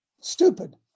Stupid